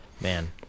Man